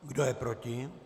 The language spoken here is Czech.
Kdo je proti?